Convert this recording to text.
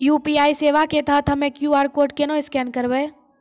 UPI सेवा के तहत हम्मय क्यू.आर कोड केना स्कैन करबै?